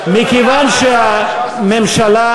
זה גם לא בדיוק עניין שעוזר לדמוקרטיה.